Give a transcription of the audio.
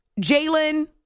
Jalen